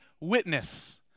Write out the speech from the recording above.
witness